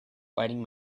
fighting